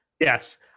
Yes